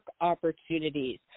opportunities